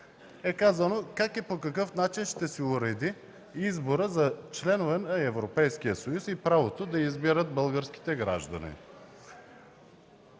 е казано как и по какъв начин ще се уреди изборът за членове на Европейския съюз и правото да избират българските граждани.